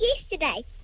yesterday